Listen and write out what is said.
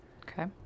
Okay